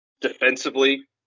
defensively